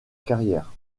carrière